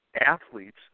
athletes